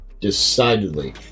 decidedly